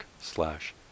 slash